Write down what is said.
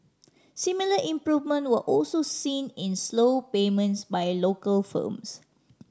similar improvement were also seen in slow payments by local firms